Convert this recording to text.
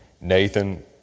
Nathan